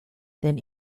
than